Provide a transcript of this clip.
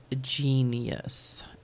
genius